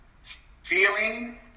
Feeling